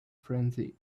frenzy